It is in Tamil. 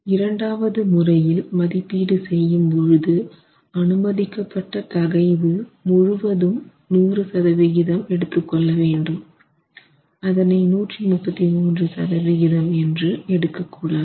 இரண்டாவது முறையில் மதிப்பீடு செய்யும் போது அனுமதிக்கப்பட்ட தகைவு முழுவதும் 100 சதவிகிதம் எடுத்துக்கொள்ளவேண்டும் அதனை 133 சதவிகிதம் என்று எடுக்க கூடாது